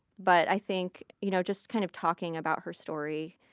but i think you know just kind of talking about her story,